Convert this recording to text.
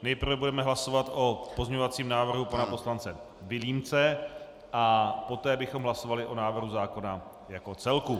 Nejprve budeme hlasovat o pozměňovacím návrhu pana poslance Vilímce a poté bychom hlasovali o návrhu zákona jako celku.